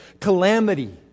calamity